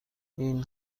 این